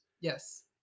Yes